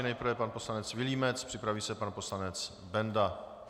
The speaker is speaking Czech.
Nejprve pan poslanec Vilímec, připraví se pan poslanec Benda.